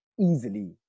easily